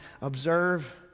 observe